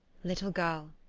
little girl!